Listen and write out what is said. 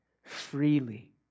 Freely